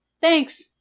Thanks